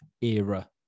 era